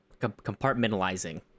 compartmentalizing